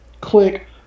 click